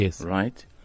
right